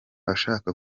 ashaka